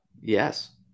Yes